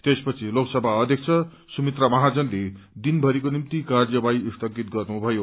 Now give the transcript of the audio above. त्यसपछि लोकसभा अध्यक्ष सुमिता महाजनले दिनभरिको निम्ति कार्यवाही स्थगित गर्नुभयो